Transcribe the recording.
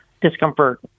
discomfort